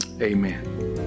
amen